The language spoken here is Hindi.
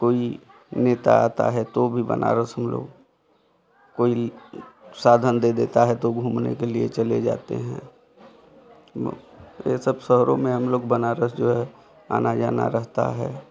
कोई नेता आता है तो भी बनारस हम लोग कोई साधन दे देता है तो घूमने के लिए चले जाते हैं ये सब शहरों में हम लोग बनारस जो है आना जाना रहता है